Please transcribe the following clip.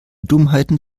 dummheiten